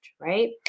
right